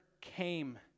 came